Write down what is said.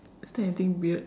is there anything weird